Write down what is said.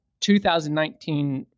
2019